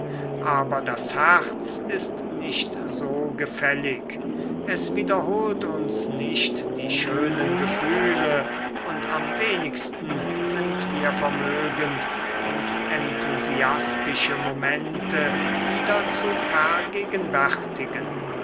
aber das herz ist nicht so gefällig es wiederholt uns nicht die schönen gefühle und am wenigsten sind wir vermögend uns enthusiastische momente wieder zu vergegenwärtigen